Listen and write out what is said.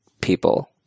people